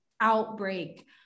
outbreak